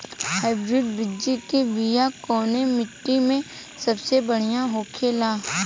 Hybrid सब्जी के बिया कवने मिट्टी में सबसे बढ़ियां होखे ला?